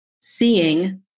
seeing